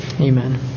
Amen